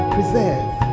Preserve